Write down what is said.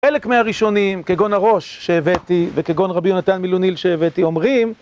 חלק מהראשונים, כגון הראש שהבאתי וכגון רבי יונתן מילוניל שהבאתי, אומרים